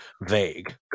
vague